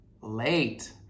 late